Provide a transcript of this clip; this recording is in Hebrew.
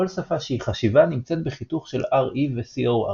כל שפה שהיא חשיבה נמצאת בחיתוך של RE ו-coRE.